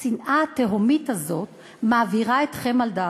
השנאה התהומית הזאת מעבירה אתכם על דעתכם.